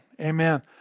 Amen